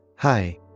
Hi